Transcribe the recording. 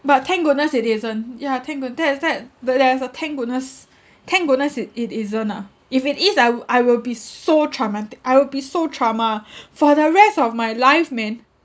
but thank goodness it isn't ya thank good~ that is that that there is a thank goodness thank goodness it it isn't ah if it is I wi~ I will be s~ so traumatic I will be so trauma for the rest of my life man